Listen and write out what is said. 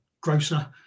grocer